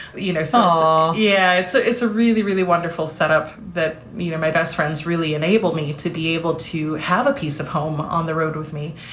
you know, saw. yeah. it's a it's a really, really wonderful setup that me my best friends really enable me to be able to have a piece of home on the road with me.